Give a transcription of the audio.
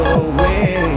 away